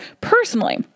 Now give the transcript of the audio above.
personally